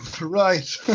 Right